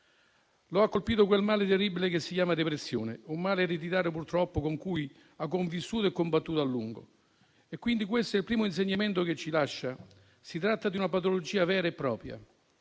Lo ha colpito quel male terribile che si chiama depressione, un male ereditario purtroppo, con cui ha convissuto e combattuto a lungo. Questo è il primo insegnamento che ci lascia: si tratta di una patologia vera e propria,